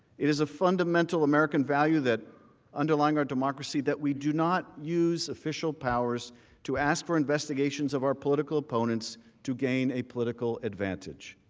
it is a fundamental american value that underlying a democracy, that we do not use official powers to ask for investigations of our political opponents to gain a political advantage.